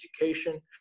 education